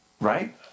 Right